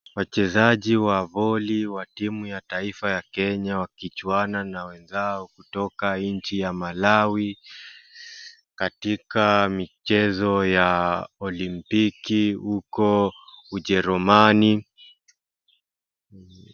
Wachezaji wa volley wa timu ya taifa ya Kenya wakichuana na wenzao kutoka nchi ya Malawi katika michezo ya Olimpiki huko Ujerumani.